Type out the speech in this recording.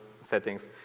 settings